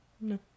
No